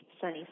sunny